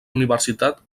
universitat